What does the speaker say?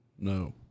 No